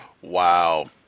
Wow